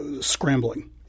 scrambling